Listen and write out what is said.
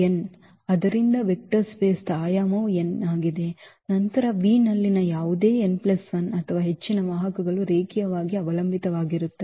ಆದ್ದರಿಂದ vector space ದ ಆಯಾಮವು n ಆಗಿದೆ ನಂತರ V ನಲ್ಲಿನ ಯಾವುದೇ n 1 ಅಥವಾ ಹೆಚ್ಚಿನ ವಾಹಕಗಳು ರೇಖೀಯವಾಗಿ ಅವಲಂಬಿತವಾಗಿರುತ್ತದೆ